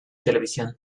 televisión